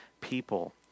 people